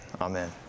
Amen